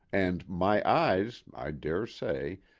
and my eyes, i dare say,